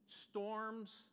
storms